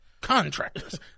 Contractors